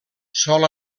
sol